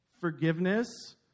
Forgiveness